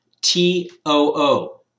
T-O-O